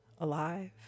alive